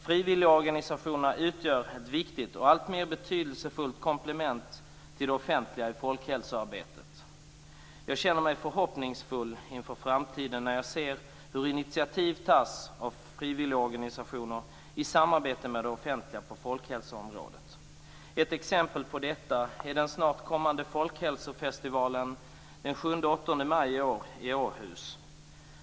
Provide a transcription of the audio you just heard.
Frivilligorganisationerna utgör ett viktigt och alltmer betydelsefullt komplement till det offentliga i folkhälsoarbetet. Jag känner mig förhoppningsfull inför framtiden när jag ser hur initiativ tas av frivilligorganisationer i samarbete med det offentliga på folkhälsoområdet. Ett exempel på detta är den snart kommande folkhälsofestivalen den 7 och 8 maj i år i Åhus.